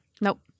Nope